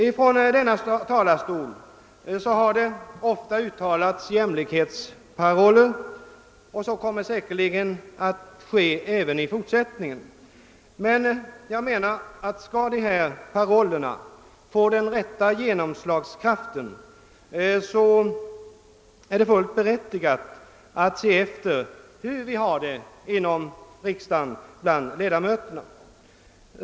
Ifrån denna talarstol har det ofta uttalats jämlikhetsparoller, och så kommer säkerligen att ske även i fortsättningen. Jag menar att det för att dessa paroller skall få den rätta genomslagskraften är fullt berättigat att se efter hur vi har det bland riksdagens egna ledamöter.